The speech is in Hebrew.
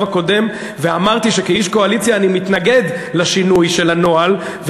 הקודם ואמרתי שכאיש קואליציה אני מתנגד לשינוי של הנוהל,